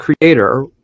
creator